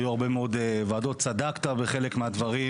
היו הרבה מאוד ועדות ואין ספק שצדקת בחלק מהדברים,